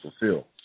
fulfill